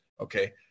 okay